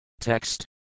Text